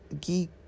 geek